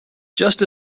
just